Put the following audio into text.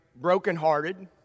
brokenhearted